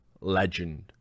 legend